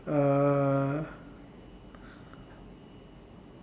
err